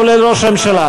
כולל ראש הממשלה.